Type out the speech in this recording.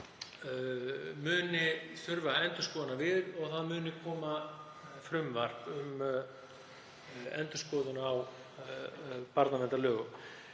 muni þurfa endurskoðunar við og fram muni koma frumvarp um endurskoðun á barnaverndarlögum.